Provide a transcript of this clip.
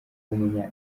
w’umunya